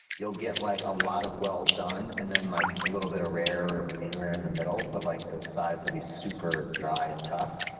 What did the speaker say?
you'll get like a lot of well-done, and then like a little bit of rare or medium-rare in the middle, but like the sides will be super dry and tough.